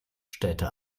stellte